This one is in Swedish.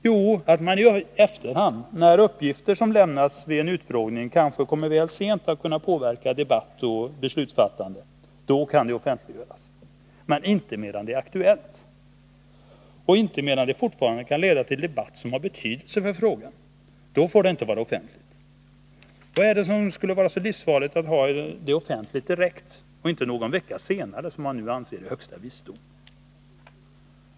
Jo att uppgifter som lämnats vid en utfrågning kanske kommer för sent för att kunna påverka debatten och beslutsfattandet. Men då kan de offentliggöras — inte medan ärendet är aktuellt och inte medan uppgifterna fortfarande kan leda till debatt som har betydelse för frågan. Då får de inte vara offentliga. Vad är det som gör att det skulle vara så enormt farligt att ha utfrågningen offentlig direkt och inte någon vecka senare, som man nu anser är högsta visdom?